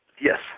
Yes